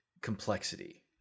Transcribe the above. complexity